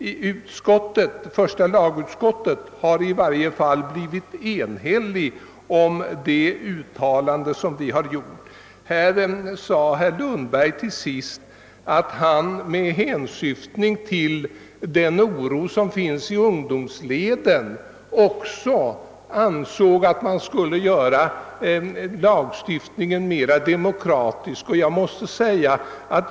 Inom första lagutskottet har vi i varje fall blivit eniga om det utlåtande som föreligger. Herr Lundberg slutade med att säga att han även med hänsyn till den oro som finns i ungdomsleden ansåg, att lagstiftningen borde göras mera demokratisk.